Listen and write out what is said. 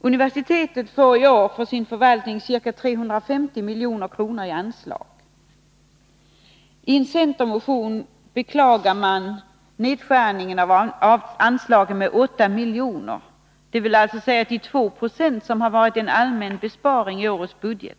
Universitetet får i år för sin förvaltning ca 350 milj.kr. i anslag. I en centermotion beklagar man att anslaget skurits ned med 8 miljoner, dvs. 2 70, vilket motsvarar den allmänna besparingen i årets budget.